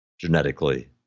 genetically